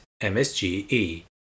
MSGE